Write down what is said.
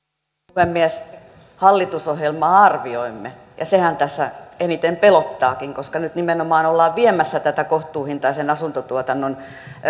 puhemies hallitusohjelmaa arvioimme ja sehän tässä eniten pelottaakin että nyt nimenomaan ollaan viemässä tätä kohtuuhintaisen asuntotuotannon